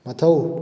ꯃꯊꯧ